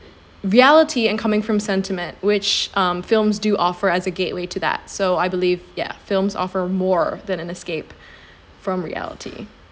reality and coming from sentiment which um films do offer as a gateway to that so I believe yeah films offer more than an escape from reality